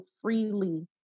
freely